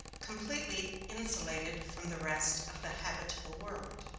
completely insulated from the rest of the habitable world.